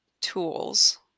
tools